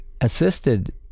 assisted